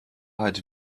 hat